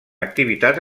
activitat